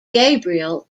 gabriel